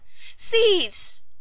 Thieves